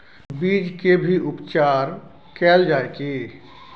बीज के भी उपचार कैल जाय की?